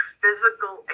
physical